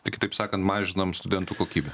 tai kitaip sakant mažinam studentų kokybę